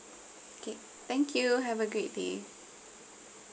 okay thank you have a great day